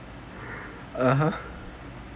(uh huh)